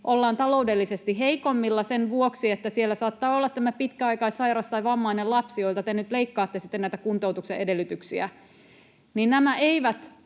ollaan taloudellisesti heikoimmilla sen vuoksi, että siellä saattaa olla pitkäaikaissairas tai vammainen lapsi, jolta te nyt leikkaatte sitten näitä kuntoutuksen edellytyksiä, niin ne eivät